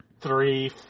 three